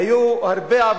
יש הרבה מה